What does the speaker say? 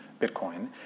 Bitcoin